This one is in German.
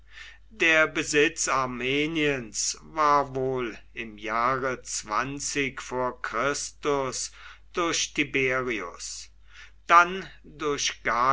der besitz armeniens war wohl im jahre vor christus durch tiberius dann durch gaius